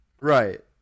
right